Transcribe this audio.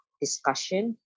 discussion